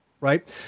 Right